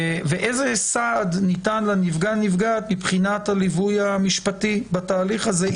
ואיזה סעד ניתן לנפגע-נפגעת מבחינת הליווי המשפטי בתהליך הזה,